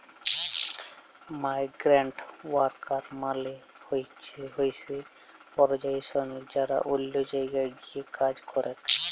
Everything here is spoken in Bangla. মাইগ্রান্টওয়ার্কার মালে হইসে পরিযায়ী শ্রমিক যারা অল্য জায়গায় গিয়ে কাজ করেক